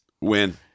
Win